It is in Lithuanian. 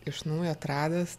iš naujo atradęs